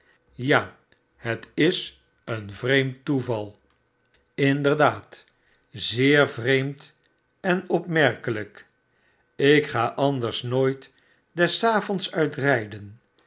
ja het is een vreemd toeval slnderdaad zeer vreemd en opmerkelijk ik ga anders nooit des avonds uit rijden